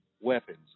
weapons